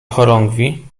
chorągwi